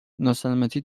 ناسلامتی